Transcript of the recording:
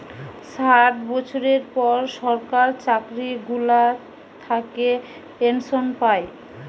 ষাট বছরের পর সরকার চাকরি গুলা থাকে পেনসন পায়